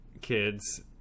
kids